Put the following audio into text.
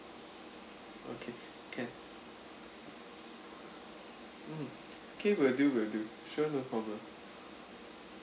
okay can mm okay will do will do sure no problem